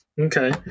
Okay